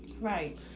Right